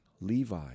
Levi